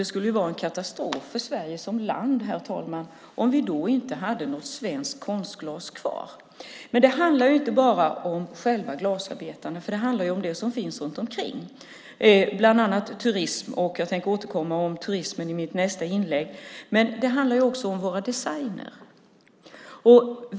Det skulle vara en katastrof för Sverige om vi då inte hade något svenskt konstglas kvar. Det handlar inte bara om glasarbetarna utan också om det som finns runt omkring, bland annat turism. Jag ska återkomma till turismen i mitt nästa inlägg. Det handlar också om våra designer.